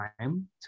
time